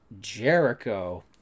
Jericho